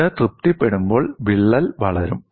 ഇത് തൃപ്തിപ്പെടുമ്പോൾ വിള്ളൽ വളരും